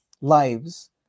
lives